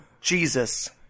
Jesus